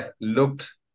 looked